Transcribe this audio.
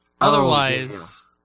Otherwise